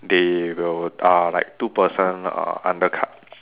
they will uh like two person uh under cut